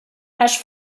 hash